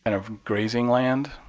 and a grazing land.